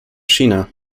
china